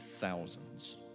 thousands